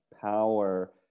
power